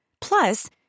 Plus